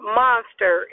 monster